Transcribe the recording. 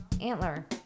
Antler